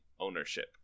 ownership